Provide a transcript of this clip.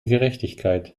gerechtigkeit